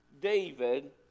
David